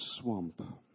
swamp